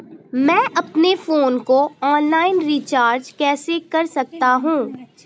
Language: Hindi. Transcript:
मैं अपने फोन को ऑनलाइन रीचार्ज कैसे कर सकता हूं?